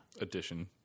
edition